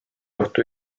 ohtu